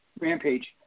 rampage